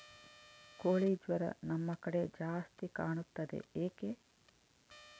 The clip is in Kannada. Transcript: ಕೋಳಿ ಜ್ವರ ನಮ್ಮ ಕಡೆ ಜಾಸ್ತಿ ಕಾಣುತ್ತದೆ ಏಕೆ?